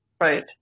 Right